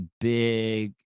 big